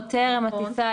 עוד טרם הטיסה,